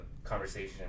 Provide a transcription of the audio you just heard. Conversation